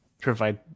provide